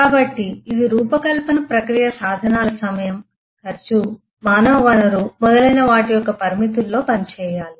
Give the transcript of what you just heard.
కాబట్టి ఇది రూపకల్పన ప్రక్రియ సాధనాల సమయం ఖర్చు మానవ వనరు మరియు మొదలైన వాటి యొక్క పరిమితుల్లో పని చేయాలి